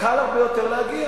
קל הרבה יותר להגיע.